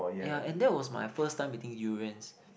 ya and that was my first time eating durians